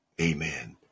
amen